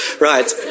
Right